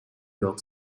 york